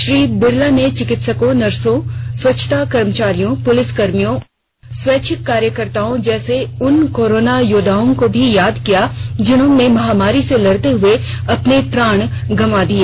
श्री बिड़ला ने चिकित्सकों नर्सों स्वच्छता कर्मचारियों पुलिस कर्मियों और स्वैच्छिक कार्यकर्ताओं जैसे उन कोरोना योद्वाओं को भी याद किया जिन्होंने महामारी से लड़ते हुए अपने प्राण गवां दिए